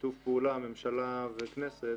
בשיתוף פעולה של ממשלה וכנסת